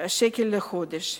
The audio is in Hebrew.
שקל לחודש.